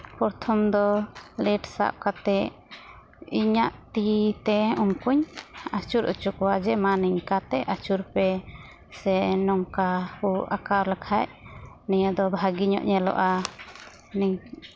ᱯᱨᱚᱛᱷᱚᱢ ᱫᱚ ᱞᱮᱹᱴ ᱥᱟᱵ ᱠᱟᱛᱮᱫ ᱤᱧᱟᱜ ᱛᱤ ᱛᱮ ᱩᱱᱠᱩᱧ ᱟᱹᱪᱩᱨ ᱦᱚᱪᱚ ᱠᱚᱣᱟ ᱡᱮ ᱢᱟ ᱱᱤᱝᱠᱟᱛᱮ ᱟᱹᱪᱩᱨ ᱯᱮ ᱥᱮ ᱱᱚᱝᱠᱟ ᱠᱚ ᱟᱸᱠᱟᱣ ᱞᱮᱠᱷᱟᱱ ᱱᱤᱭᱟᱹ ᱫᱚ ᱵᱷᱟᱹᱜᱤ ᱧᱚᱜ ᱧᱮᱞᱚᱜᱼᱟ ᱱᱤᱝ